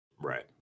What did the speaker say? Right